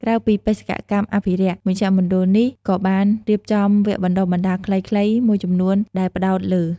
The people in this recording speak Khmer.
ក្រៅពីបេសកកម្មអភិរក្ស មជ្ឈមណ្ឌលនេះក៏បានរៀបចំ វគ្គបណ្ដុះបណ្ដាលខ្លីៗ មួយចំនួនដែលផ្ដោតលើ។